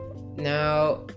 now